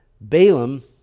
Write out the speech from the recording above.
Balaam